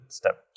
step